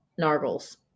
nargles